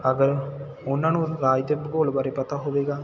ਅਗਰ ਉਹਨਾਂ ਨੂੰ ਰਾਜ ਦੇ ਭੂਗੋਲ ਬਾਰੇ ਪਤਾ ਹੋਵੇਗਾ